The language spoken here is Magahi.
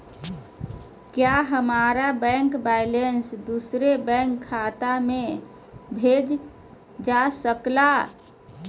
क्या हमारा बैंक बैलेंस दूसरे बैंक खाता में भेज सके ला?